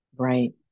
Right